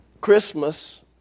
Christmas